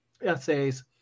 essays